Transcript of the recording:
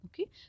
Okay